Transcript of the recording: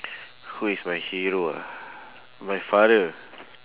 who is my hero ah my father